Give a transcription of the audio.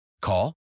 Call